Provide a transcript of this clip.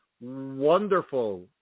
Wonderful